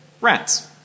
rats